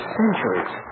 centuries